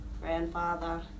grandfather